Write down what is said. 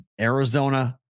Arizona